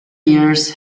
years